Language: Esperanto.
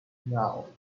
naŭ